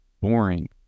boring